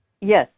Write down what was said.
yes